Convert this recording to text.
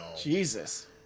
jesus